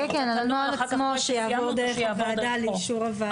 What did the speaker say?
כן, הנוהל עצמו שיעבור דרך הוועדה לאישור הוועדה.